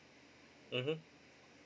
mmhmm